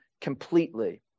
completely